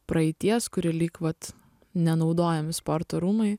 praeities kuri lyg vat nenaudojami sporto rūmai